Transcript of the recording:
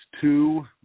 two